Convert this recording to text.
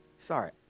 sorry